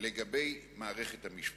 לגבי מערכת המשפט.